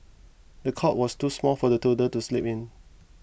the cot was too small for the toddler to sleep in